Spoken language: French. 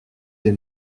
des